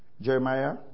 Jeremiah